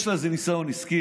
יש לה איזה ניסיון עסקי?